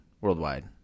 worldwide